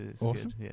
Awesome